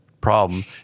problem